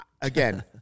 again